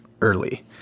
early